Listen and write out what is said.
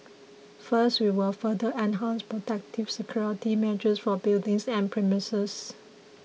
first we will further enhance protective security measures for buildings and premises